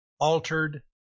altered